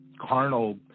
carnal